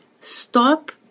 Stop